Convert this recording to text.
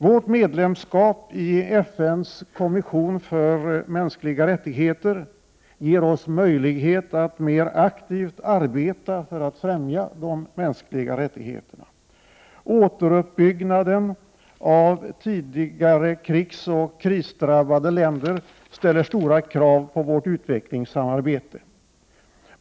Vårt medlemskap i FN:s kommission för mänskliga rättigheter ger oss möjlighet att mer aktivt arbeta för att främja de mänskliga rättigheterna. Återuppbyggnaden av tidigare krigsoch krisdrabbade länder ställer stora krav på vårt utvecklingssamarbete.